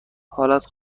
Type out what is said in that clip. حالت